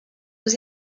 aux